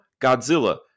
Godzilla